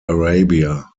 arabia